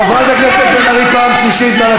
חברת הכנסת בן ארי, פעם שלישית.